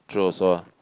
true also ah